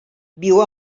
viu